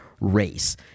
race